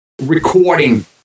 recording